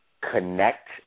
connect